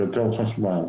יותר חשמל,